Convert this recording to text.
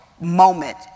moment